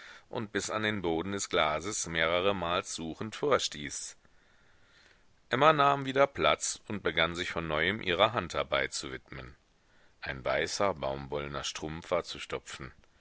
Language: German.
und bis an den boden des glases mehreremals suchend vorstieß emma nahm wieder platz und begann sich von neuem ihrer handarbeit zu widmen ein weißer baumwollener strumpf war zu stopfen